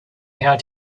how